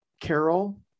Carol